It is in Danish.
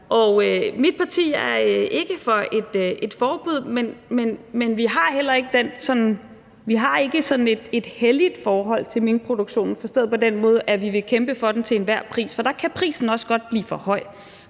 Mit parti er ikke for et forbud, men vi har heller ikke sådan et helligt forhold til minkproduktionen, forstået på den måde, at vi vil kæmpe for den til enhver pris, for der kan prisen også godt blive for høj,